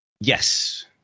Yes